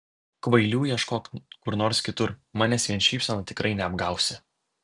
kvailių ieškok kur nors kitur manęs vien šypsena tikrai neapgausi